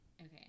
Okay